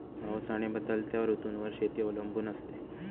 पाऊस आणि बदलत्या ऋतूंवर शेती अवलंबून असते